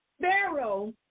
pharaoh